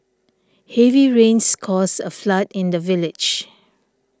heavy rains caused a flood in the village